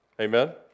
Amen